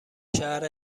شهر